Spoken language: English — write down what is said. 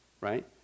right